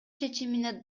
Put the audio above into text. чечимине